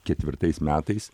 ketvirtais metais